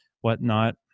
whatnot